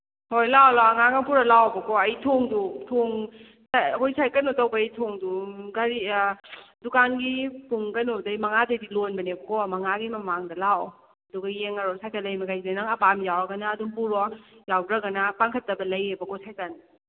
ꯍꯣꯏ ꯂꯥꯛꯑꯣ ꯂꯥꯛꯑꯣ ꯑꯉꯥꯡꯒ ꯄꯨꯔ ꯂꯥꯛꯑꯣꯕꯀꯣ ꯑꯩ ꯊꯣꯡꯗꯨ ꯊꯣꯡ ꯑꯩꯈꯣꯏ ꯉꯁꯥꯏ ꯀꯩꯅꯣ ꯇꯧꯕꯩ ꯊꯣꯡꯗꯨ ꯒꯥꯔꯤ ꯗꯨꯀꯥꯟꯒꯤ ꯄꯨꯡ ꯀꯩꯅꯣꯗꯩ ꯃꯉꯥꯗꯒꯤ ꯂꯣꯟꯕꯅꯦꯕꯀꯣ ꯃꯉꯥꯒꯤ ꯃꯃꯥꯡꯗ ꯂꯥꯛꯑꯣ ꯑꯗꯨꯒ ꯌꯦꯡꯉꯔꯣ ꯁꯥꯏꯀꯟ ꯂꯩꯃꯈꯩꯁꯦ ꯅꯪ ꯑꯄꯥꯝꯕ ꯌꯥꯎꯔꯒꯅ ꯑꯗꯨꯝ ꯄꯨꯔꯣ ꯌꯥꯎꯗ꯭ꯔꯒꯅ ꯄꯥꯟꯈꯠꯇꯕ ꯂꯩꯌꯦꯕꯀꯣ ꯁꯥꯏꯀꯟ